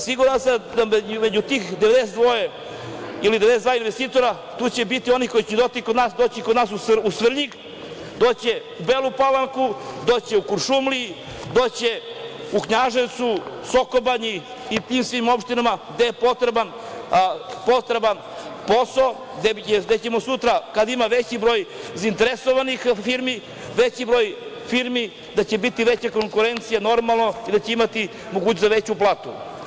Siguran sam da među tih 92 investitora, tu će biti onih koji će doći kod nas u Svrljig, doći će u Belu Palanku, doći će u Kuršumliju, doći će u Knjaževac, Sokobanju i svim tim opštinama gde je potreban posao, gde ćemo sutra kada ima veći broj zainteresovanih firmi, veći broj firmi, da će biti veća konkurencija, normalno, i da će imati mogućnost za veću platu.